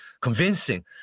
convincing